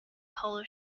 polo